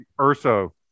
Urso